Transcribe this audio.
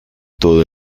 todo